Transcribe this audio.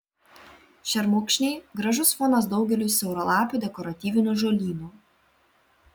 šermukšniai gražus fonas daugeliui siauralapių dekoratyvinių žolynų